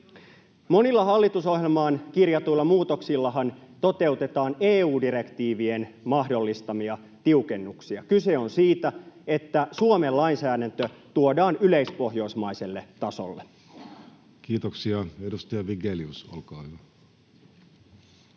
Monilla hallitusohjelmaan kirjatuilla muutoksillahan toteutetaan EU-direktiivien mahdollistamia tiukennuksia. Kyse on siitä, että Suomen lainsäädäntö tuodaan yleispohjoismaiselle tasolle. Kiitoksia. — Edustaja Vigelius, olkaa hyvä.